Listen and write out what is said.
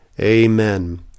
Amen